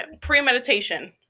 premeditation